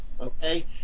Okay